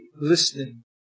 listening